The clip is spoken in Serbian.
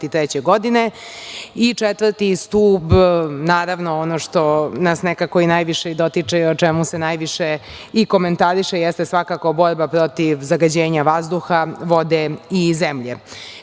do 2023. godine. Četvrti stub, naravno ono što nas nekako najviše i dotiče i što se najviše i komentariše jeste svakako borba protiv zagađenja vazduha, vode i zemlje. Kada